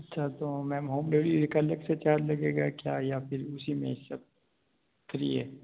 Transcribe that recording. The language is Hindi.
अच्छा तो मैम होम डिलीवरी का अलग से चार्ज लगेगा क्या या फिर उसी में है सब फ्री है